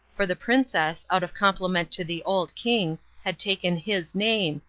for the princess, out of compliment to the old king, had taken his name,